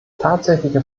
tatsächliche